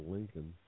Lincoln